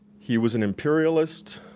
he was an imperialist,